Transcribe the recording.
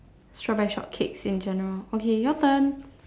strawberry shortcakes in general okay your turn